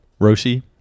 Roshi